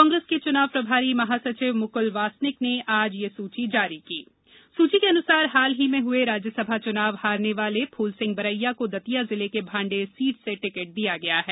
कांग्रेस के चुनाव प्रभारी महासचिव मुकुल वासनिक ने आज यह सूची सूची के अनुसार हाल ही में हुए राज्यसभा चुनाव में पराजित रहे फूलसिंह बरैया को दतिया जिले की भांडेर सीट से टिकट दिया गया है